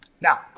Now